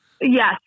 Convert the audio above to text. Yes